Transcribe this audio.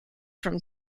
from